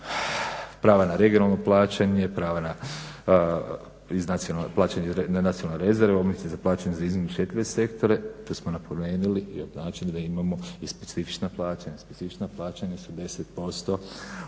prava na regionalno plaćanje, prava iz nacionalnog plaćanja na nacionalne rezerve, …/Govornik se ne razumije./… za plaćanje za iznimno osjetljive sektore. Tu smo napomenuli i označili da imamo i specifična plaćanja. Specifična plaćanja su 10